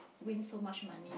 win so much money